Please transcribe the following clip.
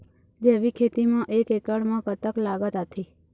जैविक खेती म एक एकड़ म कतक लागत आथे?